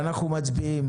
ואנחנו מצביעים.